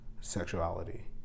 sexuality